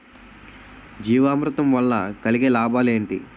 జీవామృతం వల్ల కలిగే లాభాలు ఏంటి?